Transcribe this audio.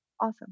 awesome